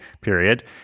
period